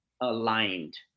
aligned